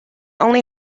only